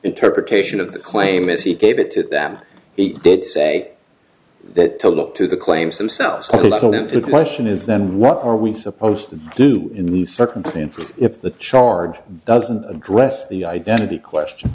interpretation of the claim is he gave it to them he did say that to look to the claims themselves and them to the question is then what are we supposed to do in these circumstances if the charge doesn't address the identity question